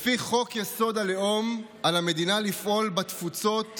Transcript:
לפי חוק-יסוד הלאום, על המדינה לפעול בתפוצות